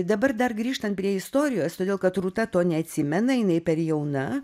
dabar dar grįžtant prie istorijos todėl kad rūta to neatsimena jinai per jauna